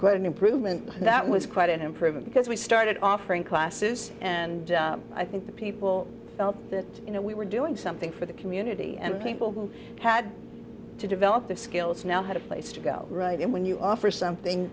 quite an improvement that was quite an improvement because we started offering classes and i think people felt that you know we were doing something for the community and people who had to develop the skills now had a place to go right and when you offer something